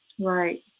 Right